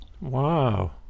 Wow